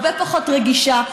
הרבה פחות רגישה,